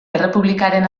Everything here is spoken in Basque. errepublikaren